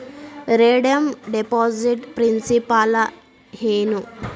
redeem deposit principal ಏನು